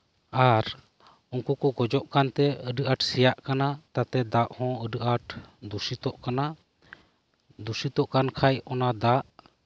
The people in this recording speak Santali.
ᱟᱨ ᱩᱱᱠᱩ ᱠᱚ ᱜᱚᱡᱚᱜ ᱠᱟᱱᱛᱮ ᱟᱹᱰᱤ ᱟᱸᱴ ᱥᱮᱭᱟᱜ ᱠᱟᱱᱟ ᱛᱟᱛᱮ ᱫᱟᱜ ᱦᱚᱸ ᱟᱹᱰᱤ ᱟᱸᱴ ᱫᱩᱥᱤᱛᱚᱜ ᱠᱟᱱᱟ ᱫᱩᱥᱤᱛᱚᱜ ᱠᱟᱱ ᱠᱷᱟᱡ ᱚᱱᱟ ᱫᱟᱜ